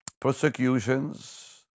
persecutions